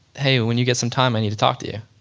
hey when you get some time i need to talk to you.